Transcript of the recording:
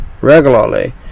regularly